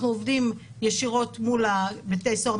אנחנו עובדים ישירות מול בתי הסוהר,